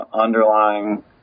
underlying